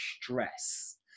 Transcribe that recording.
stress